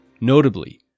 Notably